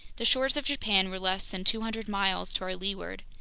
the shores of japan were less than two hundred miles to our leeward.